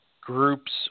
groups